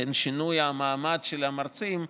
שינוי המעמד של המרצים,